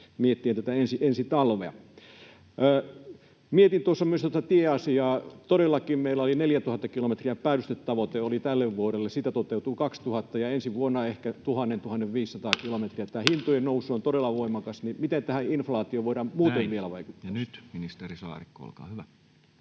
miettien ensi talvea. Mietin tuossa myös tätä tieasiaa. Todellakin meillä oli 4 000 kilometrin päällystetavoite tälle vuodelle, siitä toteutuu 2 000 ja ensi vuonna ehkä 1 000—1 500 kilometriä. Hintojen nousu on todella voimakas, niin miten tähän inflaatioon voidaan muuten vielä vaikuttaa. [Speech 164] Speaker: Toinen